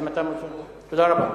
תודה רבה.